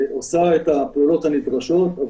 עושה את הפעולות הנדרשות,